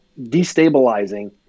destabilizing